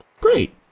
Great